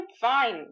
fine